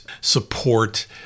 support